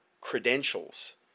credentials